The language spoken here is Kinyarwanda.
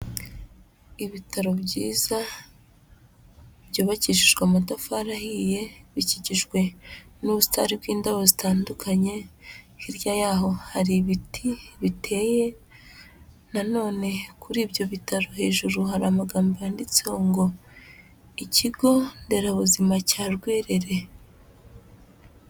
Ibitaro byiza byubakishijwe amatafari ahiye, bikikijwe n'ubusitani bw'indabo zitandukanye, hirya yaho hari ibiti biteye, nanone kuri ibyo bitaro hejuru hari amagambo yanditseho ngo ikigo nderabuzima cya Rwerere.